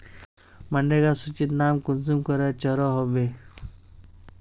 मनरेगा सूचित नाम कुंसम करे चढ़ो होबे?